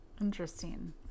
Interesting